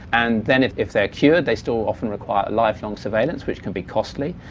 and then if if they're cured they still often require lifelong surveillance which can be costly.